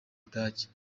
budage